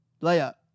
layup